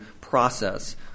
process